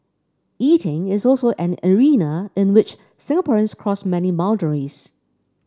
eating is also an arena in which Singaporeans cross many boundaries